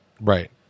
Right